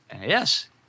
yes